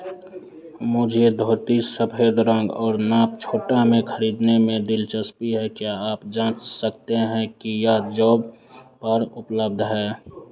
मुझे धोती सफ़ेद रंग और नाप छोटा में खरीदने में दिलचस्पी है क्या आप जाँच सकते हैं कि यह जोब पर उपलब्ध है